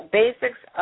basics